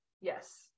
Yes